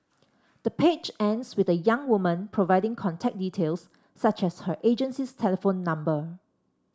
the page ends with the young woman providing contact details such as her agency's telephone number